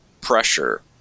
pressure